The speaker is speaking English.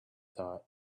thought